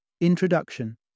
Introduction